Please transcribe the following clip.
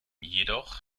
jedoch